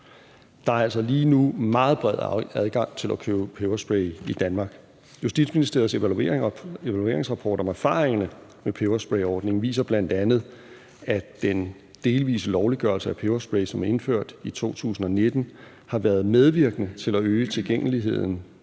Der er altså lige nu meget bred adgang til at købe peberspray i Danmark. Justitsministeriets evalueringsrapport om erfaringerne med pebersprayordningen viser bl.a., at den delvise lovliggørelse af peberspray, som blev indført i 2019, har været medvirkende til at øge tilgængeligheden